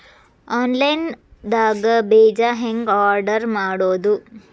Online ದಾಗ ಬೇಜಾ ಹೆಂಗ್ ಆರ್ಡರ್ ಮಾಡೋದು?